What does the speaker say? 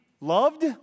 loved